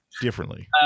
differently